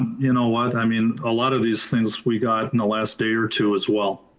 you know what, i mean, a lot of these things we got in the last day or two as well,